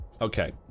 Okay